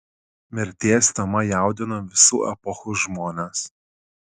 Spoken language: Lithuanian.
mirties tema jaudino visų epochų žmones